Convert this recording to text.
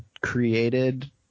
created